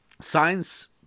science